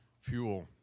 fuel